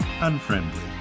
unfriendly